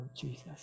Jesus